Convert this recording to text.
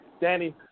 Danny